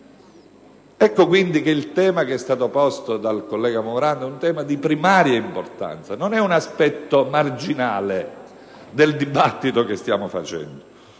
Ecco quindi che il tema che è stato posto dal collega Morando è di primaria importanza. Non è un aspetto marginale del dibattito in corso